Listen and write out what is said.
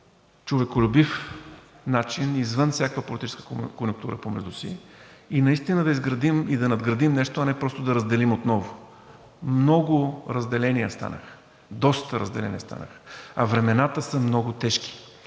човеколюбив начин извън всяка политическа конюнктура помежду си и наистина да изградим и да надградим нещо, а не просто да разделим отново. Много разделения станаха, доста разделения станаха, а времената са много тежки